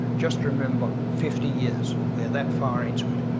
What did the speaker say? just remember, fifty years, we're that far into it.